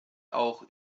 auch